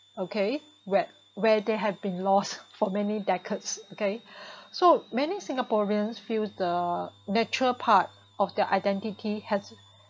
okay wher~ where they have been loss for many decades okay so many singaporeans feel the nature part of their identity has